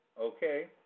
Okay